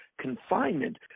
confinement